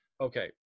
Okay